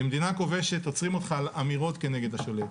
במדינה כובשת עוצרים אותך על אמירות נגד השולט.